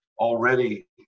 already